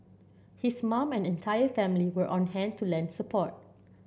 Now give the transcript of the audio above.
his mum and entire family were on hand to lend support